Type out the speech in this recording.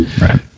Right